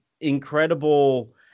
incredible